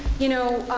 you know,